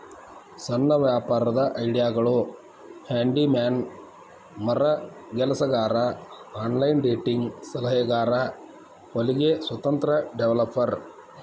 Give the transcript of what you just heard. ಸಣ್ಣ ವ್ಯಾಪಾರದ್ ಐಡಿಯಾಗಳು ಹ್ಯಾಂಡಿ ಮ್ಯಾನ್ ಮರಗೆಲಸಗಾರ ಆನ್ಲೈನ್ ಡೇಟಿಂಗ್ ಸಲಹೆಗಾರ ಹೊಲಿಗೆ ಸ್ವತಂತ್ರ ಡೆವೆಲಪರ್